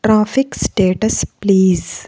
traffic status please